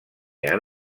han